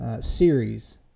Series